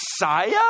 Messiah